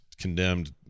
condemned